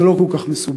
זה לא כל כך מסובך,